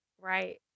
Right